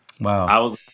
Wow